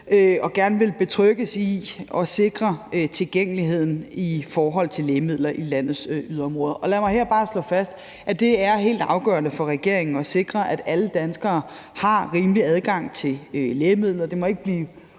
til gerne at ville betrygges i, at man sikrer tilgængeligheden af lægemidler i landets yderområder. Og lad mig her bare slå fast, at det er helt afgørende for regeringen at sikre, at alle danskere har en rimelig adgang til lægemidler. Det må ikke blive